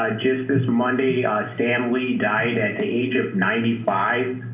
um just this monday ah stan lee died at the age of ninety five.